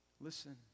listen